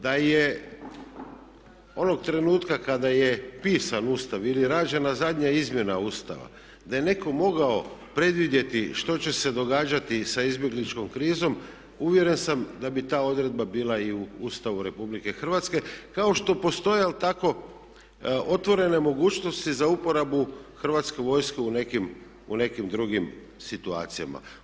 Da je onog trenutka kada je pisan Ustav ili rađena zadnja izmjena Ustava, da je netko mogao predvidjeti što će se događati sa izbjegličkom krizom uvjeren sam da bi ta odredba bila i u Ustavu Republike Hrvatske kao što postoje ali tako otvorene mogućnosti za uporabu Hrvatske vojske u nekim drugim situacijama.